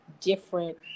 different